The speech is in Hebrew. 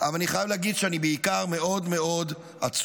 אבל אני חייב להגיד שאני בעיקר מאוד מאוד עצוב.